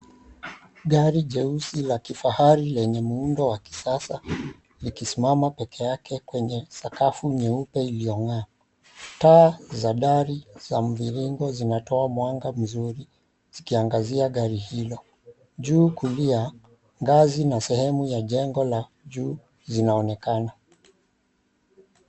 Gari jeusi la kifahari lenye muundo wa kisasa likisimama peke yake kwenye sakafu nyeupe iliyong'aa. Taa za dari za mviringo zinatoa mwanga mzuri zikiangazia gari hilo. Juu kulia ngazi na sehemu ya jengo la juu zinaonekana.